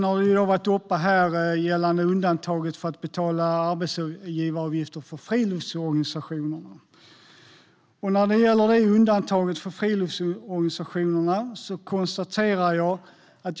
Här har undantaget för att betala arbetsgivaravgifter för friluftsorganisationer tagits upp.